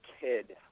kid